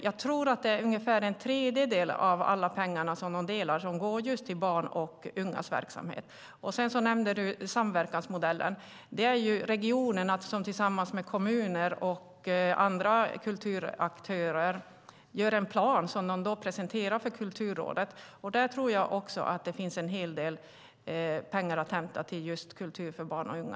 Jag tror att ungefär en tredjedel av alla pengar som delas ut går till barns och ungas verksamhet. Isak From nämnde samverkansmodellen. Det är regionerna som tillsammans med kommunerna och andra kulturaktörer gör en plan som de presenterar för Kulturrådet. Där finns det en hel del pengar att hämta för kultur för barn och unga.